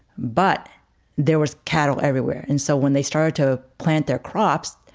but there was cattle everywhere. and so when they started to plant their crops,